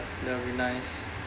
ya that would be nice